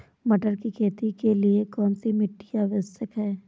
मटर की खेती के लिए कौन सी मिट्टी आवश्यक है?